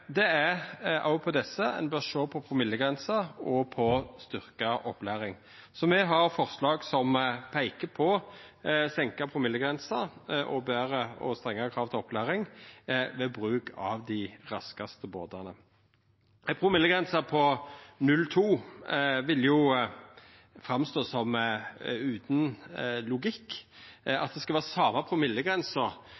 Det er når det gjeld desse, at ein bør sjå på promillegrensa og styrkt opplæring, så me har forslag som peiker på senka promillegrense og betre og strengare krav til opplæring ved bruk av dei raskaste båtane. Ei promillegrense på 0,2 vil vera utan logikk.